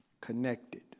Connected